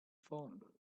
phone